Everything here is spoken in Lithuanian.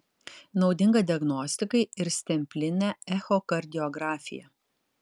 naudinga diagnostikai ir stemplinė echokardiografija